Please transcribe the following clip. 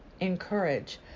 encourage